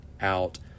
out